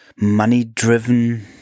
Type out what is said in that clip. money-driven